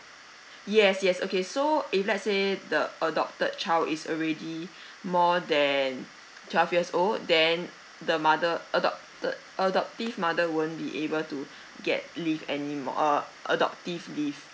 yes yes okay so if let's say the adopted child is already more than twelve years old then the mother adopted adoptive mother won't be able to get leave anymore uh adoptive leave